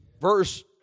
Verse